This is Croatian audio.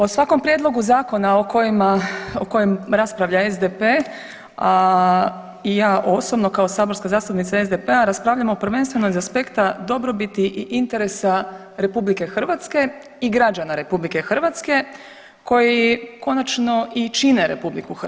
O svakom prijedlogu zakona o kojem raspravlja SDP i ja osobno kao saborska zastupnica SDP-a, raspravljamo prvenstveno iz aspekta dobrobiti i interesa RH i građana RH koji konačno i čine RH.